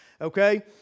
Okay